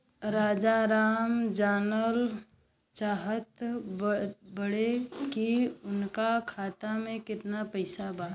राजाराम जानल चाहत बड़े की उनका खाता में कितना पैसा बा?